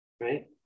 right